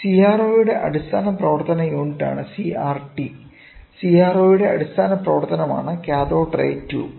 CRO യുടെ അടിസ്ഥാന പ്രവർത്തന യൂണിറ്റാണ് CRT CRO യുടെ അടിസ്ഥാന പ്രവർത്തനമാണ് കാത്തോഡ് റേ ട്യൂബ്